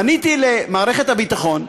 פניתי למערכת הביטחון,